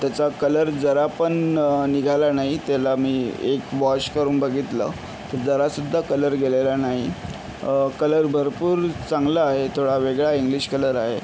त्याचा कलर जरा पण निघाला नाही त्याला मी एक वॉश करून बघितलं तर जरासुद्धा कलर गेलेला नाही कलर भरपूर चांगला आहे थोडा वेगळा इंग्लिश कलर आहे